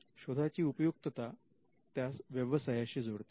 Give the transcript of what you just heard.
शोधाची उपयुक्तता त्यास व्यवसायाशी जोडते